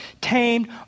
tamed